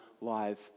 life